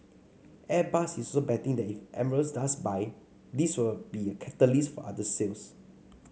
Airbus is betting that if Emirates does buy this will be a catalyst for other sales